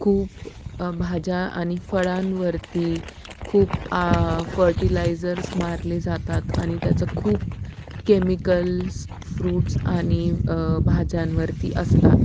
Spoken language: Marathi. खूप भाज्या आणि फळांवरती खूप आ फर्टिलायजर्स मारले जातात आणि त्याचं खूप केमिकल्स फ्रूट्स आणि भाज्यांवरती असतात